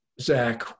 Zach